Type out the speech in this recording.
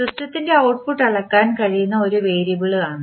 സിസ്റ്റത്തിന്റെ ഔട്ട്പുട്ട് അളക്കാൻ കഴിയുന്ന ഒരു വേരിയബിളാണ്